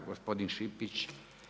Gospodin Šipić.